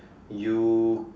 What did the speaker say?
you